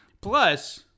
Plus